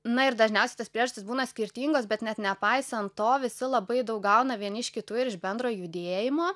na ir dažniausiai tos priežastys būna skirtingos bet net nepaisant to visi labai daug gauna vieni iš kitų ir iš bendro judėjimo